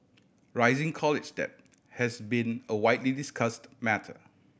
rising college debt has been a widely discussed matter